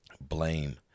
blame